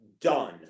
done